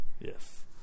Yes